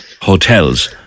hotels